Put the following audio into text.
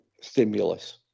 stimulus